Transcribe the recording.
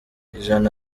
ijana